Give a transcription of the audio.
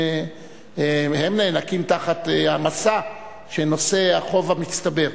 שנאנקים תחת המשא שנושא החוב המצטבר.